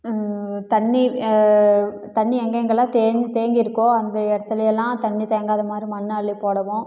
தண்ணி தண்ணி எங்கே எங்கெல்லாம் தேங் தேங்கி இருக்கோ அந்த இடத்துலையெல்லாம் தண்ணி தேங்காத மாதிரி மண்ணை அள்ளி போடுவோம்